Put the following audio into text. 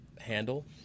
handle